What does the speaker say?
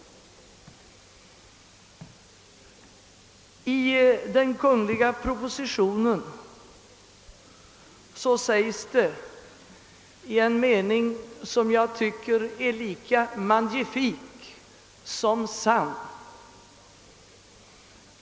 I den kungl. propositionen framhålles följande i en mening som är lika magnifik som sann.